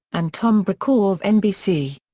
and tom brokaw of nbc.